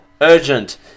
urgent